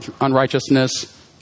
unrighteousness